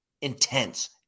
intense